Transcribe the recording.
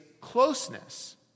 closeness